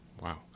Wow